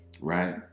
Right